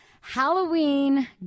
Halloween